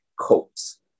coats